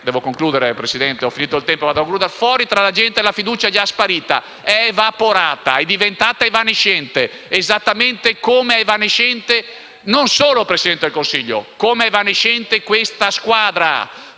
Devo concludere, signora Presidente, ho finito il tempo. Fuori, tra la gente, la fiducia è già sparita, è evaporata, è diventata evanescente, esattamente come è evanescente non solo il Presidente del Consiglio, ma anche questa squadra.